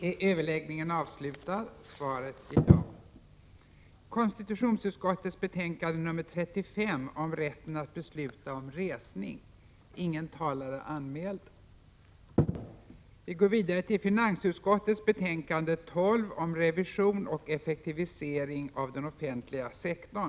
Kammaren övergick därför till att debattera finansutskottets betänkande 12 om revision och effektivisering av den offentliga sektorn.